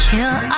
Kill